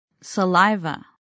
saliva